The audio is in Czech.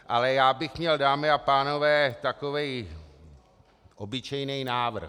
Ale já bych měl, dámy a pánové, takový obyčejný návrh.